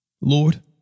Lord